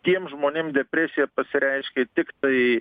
tiem žmonėm depresija pasireiškia tiktai